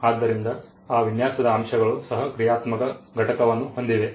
ಆದ್ದರಿಂದ ಆ ವಿನ್ಯಾಸದ ಅಂಶಗಳು ಸಹ ಕ್ರಿಯಾತ್ಮಕ ಘಟಕವನ್ನು ಹೊಂದಿವೆ